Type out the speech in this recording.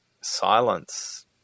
silence